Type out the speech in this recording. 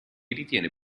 ritiene